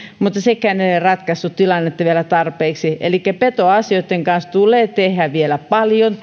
mutta sekään ei ole ratkaissut tilannetta vielä tarpeeksi elikkä petoasioitten kanssa tulee tehdä vielä paljon